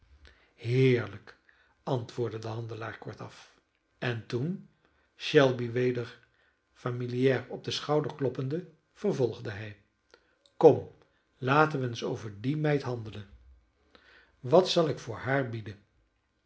heerlijk antwoordde de handelaar kortaf en toen shelby weder familiaar op den schouder kloppende vervolgde hij kom laten wij eens over die meid handelen wat zal ik voor haar bieden